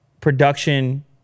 production